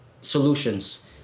solutions